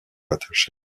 watershed